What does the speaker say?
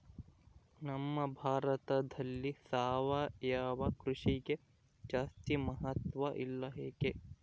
ನಮ್ಮ ಭಾರತದಲ್ಲಿ ಸಾವಯವ ಕೃಷಿಗೆ ಜಾಸ್ತಿ ಮಹತ್ವ ಇಲ್ಲ ಯಾಕೆ?